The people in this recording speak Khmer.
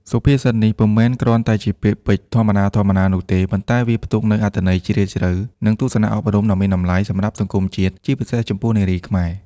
សុភាសិតនេះពុំមែនគ្រាន់តែជាពាក្យពេចន៍ធម្មតាៗនោះទេ ប៉ុន្តែវាផ្ទុកនូវអត្ថន័យជ្រាលជ្រៅ និងទស្សនៈអប់រំដ៏មានតម្លៃសម្រាប់សង្គមជាតិ ជាពិសេសចំពោះនារីខ្មែរ។